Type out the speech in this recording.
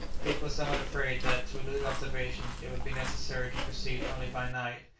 dick was somewhat afraid that, to elude observation, it would be necessary to proceed only by night,